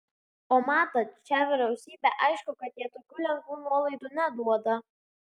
o matant šią vyriausybę aišku kad jie tokių lengvų nuolaidų neduoda